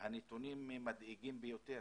והנתונים מדאיגים ביותר,